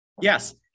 Yes